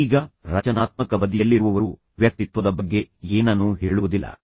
ಈಗ ರಚನಾತ್ಮಕ ಬದಿಯಲ್ಲಿರುವವರು ವ್ಯಕ್ತಿತ್ವದ ಬಗ್ಗೆ ಏನನ್ನೂ ಹೇಳುವುದಿಲ್ಲ